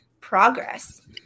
progress